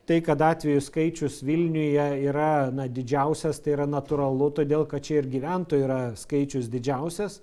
tai kad atvejų skaičius vilniuje yra na didžiausias tai yra natūralu todėl kad čia ir gyventojų yra skaičius didžiausias